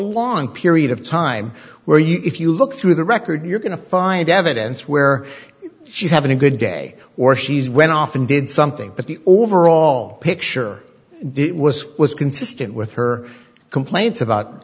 long period of time where you if you look through the record you're going to find evidence where she's having a good day or she's went off and did something but the overall picture was was consistent with her complaints about